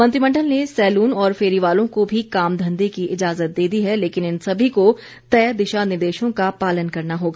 मंत्रिमंडल ने saloon barber और फेरी वालों को भी कामधंधे की इजाजत दे दी है लेकिन इन सभी को तय दिशा निर्देशों का पालन करना होगा